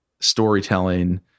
storytelling